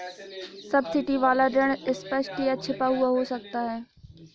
subsidy वाला ऋण स्पष्ट या छिपा हुआ हो सकता है